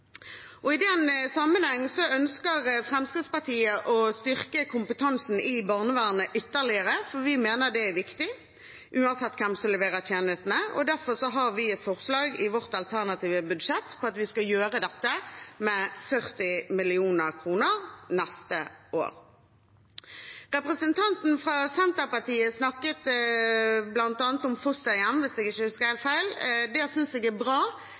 I den sammenheng ønsker Fremskrittspartiet å styrke kompetansen i barnevernet ytterligere. Vi mener at det er viktig, uansett hvem som leverer tjenestene. Derfor har vi et forslag i vårt alternative budsjett om at vi skal gjøre dette med 40 mill. kr neste år. Representanten fra Senterpartiet snakket bl.a. om fosterhjem – hvis jeg ikke husker helt feil – og det synes jeg er bra.